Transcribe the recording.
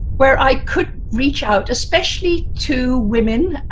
where i could reach out, especially to women,